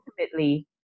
ultimately